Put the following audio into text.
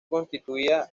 constituía